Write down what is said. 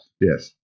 Yes